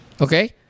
Okay